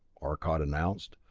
arcot announced.